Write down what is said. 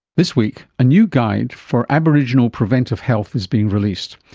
this week, a new guide for aboriginal preventive health is being released.